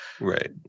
Right